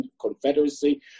confederacy